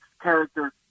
character